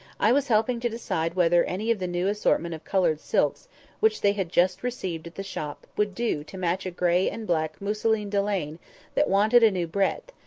i was helping to decide whether any of the new assortment of coloured silks which they had just received at the shop would do to match a grey and black mousseline-delaine that wanted a new breadth,